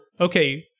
okay